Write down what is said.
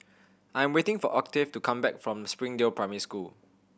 I'm waiting for Octave to come back from Springdale Primary School